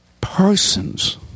persons